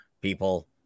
people